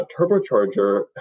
turbocharger